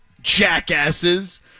jackasses